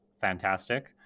Fantastic